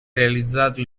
realizzato